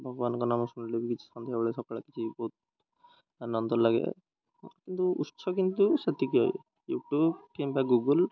ଭଗବାନଙ୍କ ନାମ ଶୁଣିଲେ ବି କିଛି ସନ୍ଧ୍ୟାବେଳେ ସକାଳଳେ କିଛି ବହୁତ ଆନନ୍ଦ ଲାଗେ କିନ୍ତୁ ଉତ୍ସ କିନ୍ତୁ ସେତିକି ୟୁ ଟ୍ୟୁବ୍ କିମ୍ବା ଗୁଗୁଲ୍